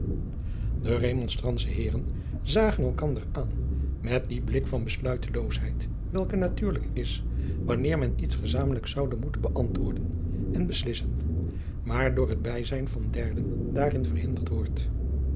zagen elkander aan jacob van lennep de pleegzoon met dien blik van besluiteloosheid welke natuurlijk is wanneer men iets gezamenlijk zoude moeten bëantwoorden en beslissen maar door het bijzijn van derden daarin verhinderd wordt